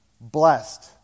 blessed